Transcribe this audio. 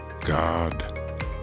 God